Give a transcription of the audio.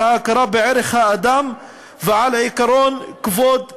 על הכרה בערך האדם ועל עקרון כבוד הבריות.